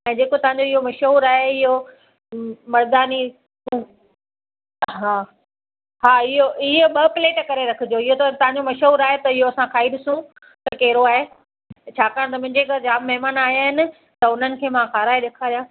ऐं जेको तव्हांजो इहो मशहूरु आहे इहे म मर्दानी इहे हा इहे ईए ॿ प्लेट करे रखिजो इहो त तव्हांजो मशहूरु आहे त इहो असां खाई ॾिसूं त कहिड़ो आहे छाकाणि त मुंहिजे घरु जामु महिमान आया आहिनि त उन्हनि खे मां खाराए ॾेखारियां